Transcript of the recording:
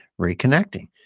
reconnecting